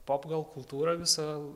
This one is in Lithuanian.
pop gal kultūrą visą